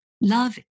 Love